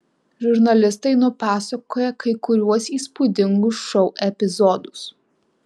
žurnalistai nupasakoja kai kuriuos įspūdingus šou epizodus